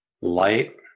light